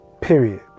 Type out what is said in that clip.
Period